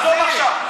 עזוב עכשיו.